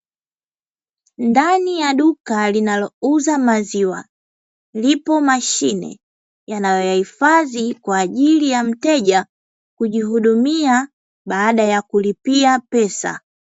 Ndani ya duka linalouza maziwa, lipo mashine yanayoyahifadhi kwa ajili ya mteja kujihudumia baada ya kulipia pesa.